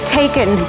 taken